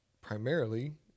primarily